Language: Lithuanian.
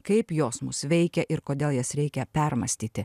kaip jos mus veikia ir kodėl jas reikia permąstyti